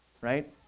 Right